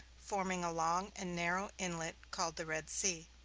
forming a long and narrow inlet called the red sea.